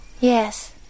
Yes